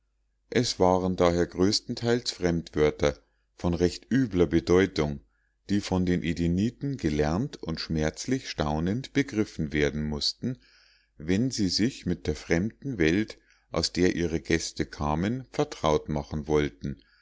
es waren daher größtenteils fremdwörter von recht übler bedeutung die von den edeniten gelernt und schmerzlich staunend begriffen werden mußten wenn sie sich mit der fremden welt aus der ihre gäste kamen vertraut machen wollten